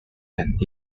and